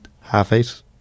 half-eight